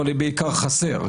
אבל היא בעיקר חסר,